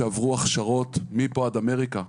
שעברו הכשרות מפה עד אמריקה,